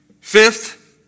Fifth